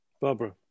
Barbara